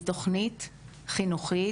שהיא תוכנית חינוכית,